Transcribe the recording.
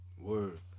Word